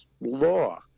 law